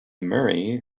murray